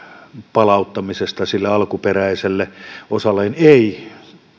palauttamisesta sille alkuperäiselle osalleen ei